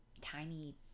tiny